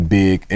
big